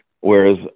whereas